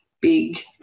big